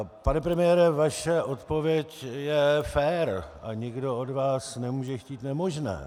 Pane premiére, vaše odpověď je fér a nikdo od vás nemůže chtít nemožné.